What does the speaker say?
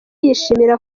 yishimira